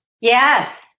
Yes